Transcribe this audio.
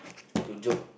to jog